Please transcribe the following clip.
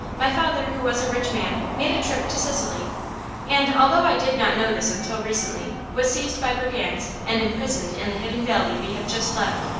my father, who was a rich man, made a trip to sicily and, although i did not know this until recently, was seized by brigands and imprisoned in the hidden valley we have just left.